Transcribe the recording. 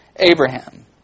Abraham